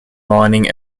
mining